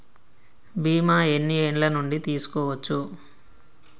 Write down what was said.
బీమా ఎన్ని ఏండ్ల నుండి తీసుకోవచ్చు?